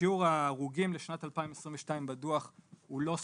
ששיעור ההרוגים לשנת 2022 בדוח הוא לא סופי,